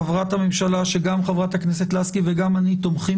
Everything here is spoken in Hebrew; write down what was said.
חברת הממשלה שגם חברת הכנסת לסקי וגם אני תומכים